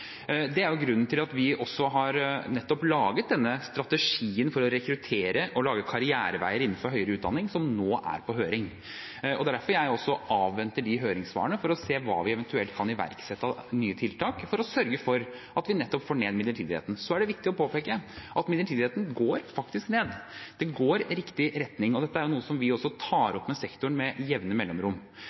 Det er jo grunnen til at vi nettopp har laget denne strategien som nå er på høring, for å rekruttere og lage karriereveier innen høyere utdanning. Det er derfor jeg avventer de høringssvarene, for å se hva vi eventuelt kan iverksette av nye tiltak for å sørge for at vi får ned midlertidigheten. Så er det viktig å påpeke at midlertidigheten faktisk går ned. Den går i riktig retning. Dette er noe vi tar opp med sektoren med jevne mellomrom.